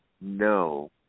no